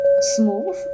smooth